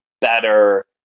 better